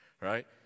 right